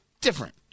different